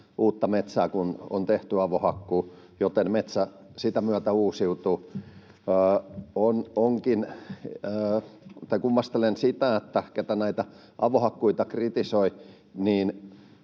uutta metsää, kun on tehty avohakkuut, joten metsä sitä myöten uusiutuu. Kummastelen sitä, että ne, ketkä näitä avohakkuita kritisoivat,